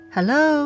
Hello